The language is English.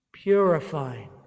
Purifying